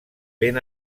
ben